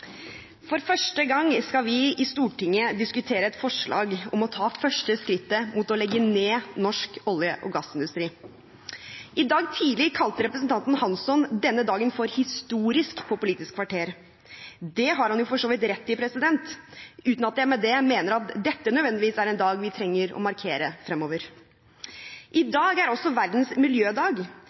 For første gang skal vi i Stortinget diskutere et forslag om å ta det første skrittet mot å legge ned norsk olje- og gassindustri. I dag tidlig kalte representanten Hansson denne dagen for historisk på Politisk kvarter. Det har han jo for så vidt rett i – uten at jeg med det mener at dette nødvendigvis er en dag vi trenger å markere fremover. I dag er også Verdens miljødag.